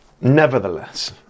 nevertheless